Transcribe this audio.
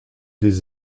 des